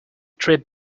trip